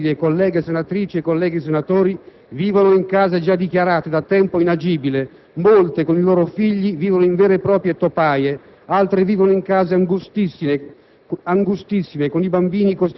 Diverse famiglie, colleghe senatrici, colleghi senatori, vivono in case già dichiarate da tempo inagibili. Molte, con i loro figli, vivono in vere e proprie topaie; altre vivono in case angustissime,